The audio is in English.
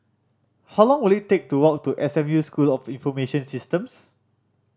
how long will it take to walk to S M U School of Information Systems